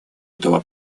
этого